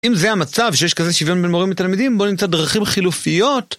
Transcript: אם זה המצב שיש כזה שוויון בין מורים לתלמידים, בואו נמצא דרכים חילופיות.